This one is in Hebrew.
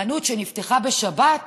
חנות שנפתחה בשבת,